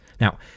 Now